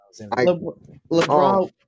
LeBron